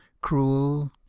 cruel